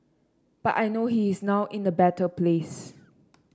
but I know he is now in a better place